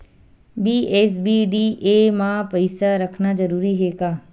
BSBDA मा पईसा रखना जरूरी हे का?